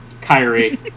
Kyrie